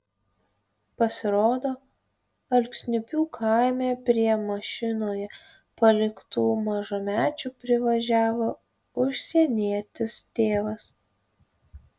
pasirodo alksniupių kaime prie mašinoje paliktų mažamečių privažiavo užsienietis tėvas